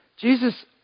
Jesus